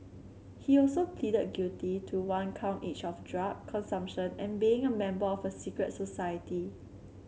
he also pleaded guilty to one count each of drug consumption and being a member of a secret society